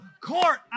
court